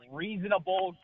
reasonable